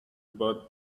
bought